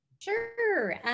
Sure